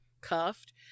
cuffed